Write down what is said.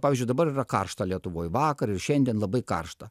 pavyzdžiui dabar yra karšta lietuvoj vakar ir šiandien labai karšta